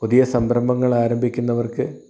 പുതിയ സംരംഭങ്ങൾ ആരംഭിക്കുന്നവർക്ക്